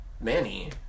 Manny